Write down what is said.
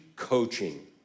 coaching